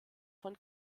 von